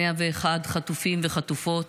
101 חטופים וחטופות